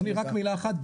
אדוני רק מילה אחת,